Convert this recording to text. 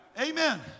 Amen